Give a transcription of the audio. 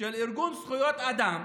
של ארגון זכויות אדם,